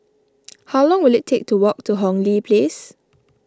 how long will it take to walk to Hong Lee Place